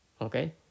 Okay